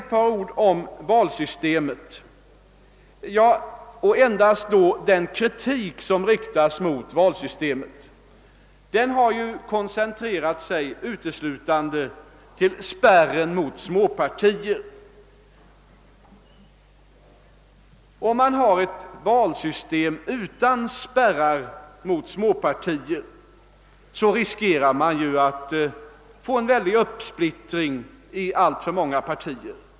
Får jag sedan också säga några ord om den kritik som riktats mot valsystemet. Den kritiken har uteslutande koncentrerat sig till spärren mot småpartier. Om man har ett valsystem utan spärrar mot småpartier riskerar man att få en kraftig uppsplittring i många mindre partier.